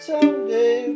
Someday